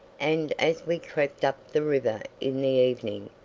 and as we crept up the river in the evening,